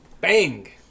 Bang